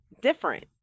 different